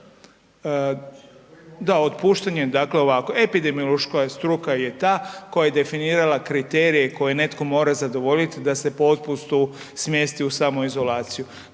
Da otpuštanje, dakle ovako epidemiološka je struka je ta koja je definirala kriterije koje netko mora zadovoljiti da se po otpustu smjesti u samoizolaciju.